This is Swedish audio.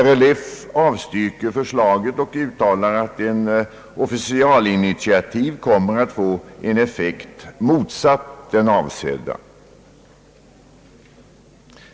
RLF avstyrker förslaget och uttalar att ett officialinitiativ kommer att få en effekt motsatt den avsedda.